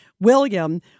William